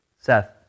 Seth